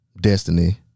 destiny